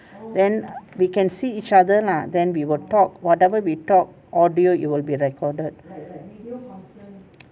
then we can see each other lah then we will talk whatever we talk audio it will be recorded